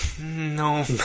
No